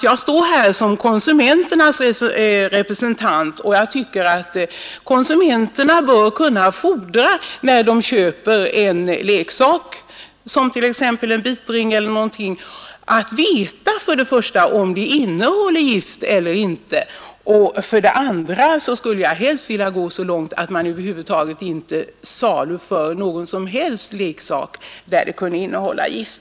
Jag stär här som konsumenternas representant, och jag tycker att konsumenterna när de köper en leksak — t.ex. en bitring — bör kunna fordra att få veta om den innehåller gift eller inte. Jag skulle helst t.o.m. vilja gä så längt att man över huvud taget inte fick saluföra någon som helst leksak som kunde innehalla gift.